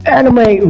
Anime